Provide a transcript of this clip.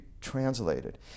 translated